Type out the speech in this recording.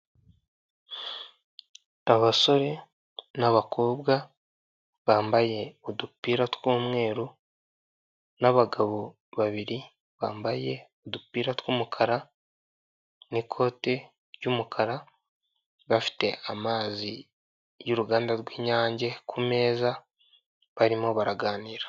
Abasore n'abakobwa bambaye udupira tw'umweru n'abagabo babiri bambaye udupira tw'umukara n'ikote ry'umukara bafite amazi y'uruganda rw'inyange ku meza barimo baraganira.